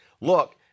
Look